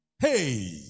Hey